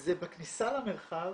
זה בכניסה למרחב,